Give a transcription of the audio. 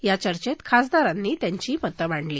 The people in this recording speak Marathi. या चर्चेत खासदारांनी त्यांची मतं मांडली